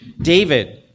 David